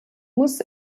muss